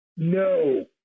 No